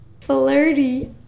Flirty